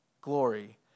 glory